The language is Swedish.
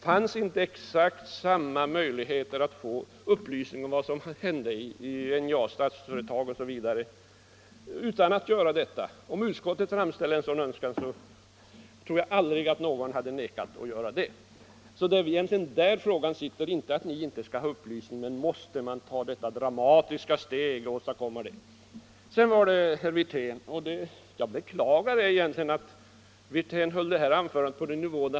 Fanns inte exakt samma möjlighet att få upplysningar om vad som hände i NJA, Statsföretag osv. utan denna återremiss? Om utskottet hade framställt en önskan, hade ingen vägrat att lämna upplysningar. Det är egentligen där problemet ligger, och det har aldrig varit fråga om att ni inte skulle få upplysningar. Varför behövde man då ta detta dramatiska steg? Jag beklagar att herr Wirtén höll sitt anförande på denna nivå.